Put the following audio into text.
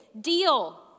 deal